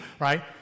right